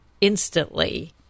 instantly